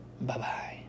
bye-bye